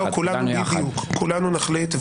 בדיוק, כולנו נחליט.